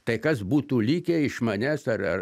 tai kas būtų likę iš manęs ar ar